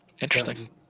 Interesting